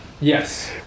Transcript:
Yes